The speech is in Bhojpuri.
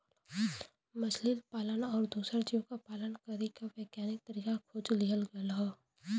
मछली पालन आउर दूसर जीव क पालन करे के वैज्ञानिक तरीका खोज लिहल गयल हौ